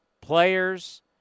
players